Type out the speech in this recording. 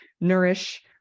nourish